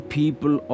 people